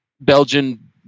Belgian